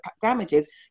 damages